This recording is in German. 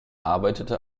arbeitete